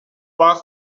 par